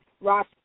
ross